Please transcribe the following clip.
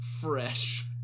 Fresh